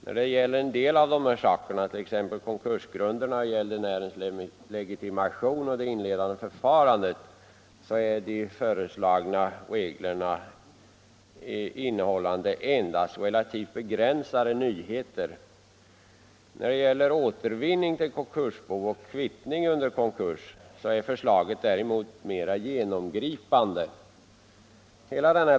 När det gäller en hel del av dessa saker, t.ex. konkursgrunderna, gäldenärens legitimation och det inledande förfarandet, innehåller de föreslagna reglerna endast relativt begränsade nyheter. Beträffande återvinning till konkursbo och kvittning under konkurs är förslagen däremot mer genomgripande.